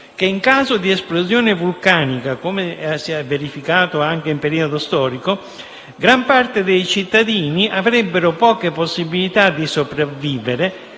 che, in caso di esplosione vulcanica, come si è verificato anche in altro periodo storico, gran parte dei cittadini avrebbero poche possibilità di sopravvivere,